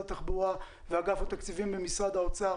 התחבורה ואגף התקציבים במשרד האוצר,